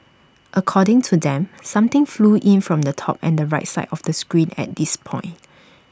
according to them something flew in from the top and the right side of the screen at this point